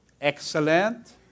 Excellent